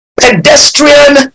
pedestrian